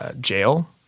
jail